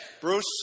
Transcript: Bruce